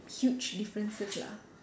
huge differences lah